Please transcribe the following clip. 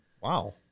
Wow